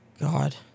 god